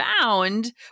found